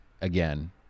Again